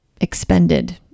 expended